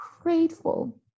grateful